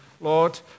Lord